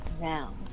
now